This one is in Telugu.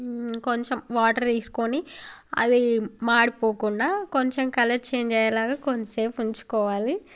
కొంచెం వాటర్ వేసుకోని అది మాడిపోకుండా కొంచెం కలర్ చేంజ్ అయ్యేలాగా కొంచెం సేపు ఉంచుకోవాలి